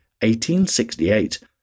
1868